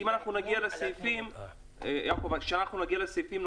כשנגיע לסעיפים,